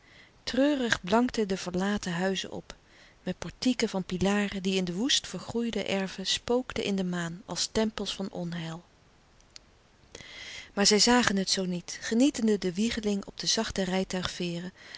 treurig blankten de verlaten huizen op met portieken van pilaren die in de woest vergroeide erven spookten in de maan als tempels van onheil maar zij zagen het zoo niet genietende de wiegeling op de zachte